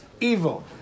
evil